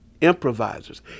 improvisers